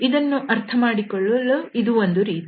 ಇದನ್ನು ಅರ್ಥಮಾಡಿಕೊಳ್ಳಲು ಇದು ಒಂದು ರೀತಿ